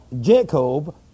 Jacob